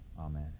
Amen